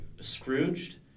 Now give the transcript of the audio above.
Scrooged